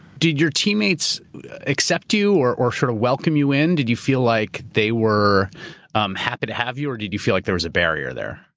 did your teammates accept you or or sort of welcome you in? did you feel like they were um happy to have you or did you feel like there was a barrier there?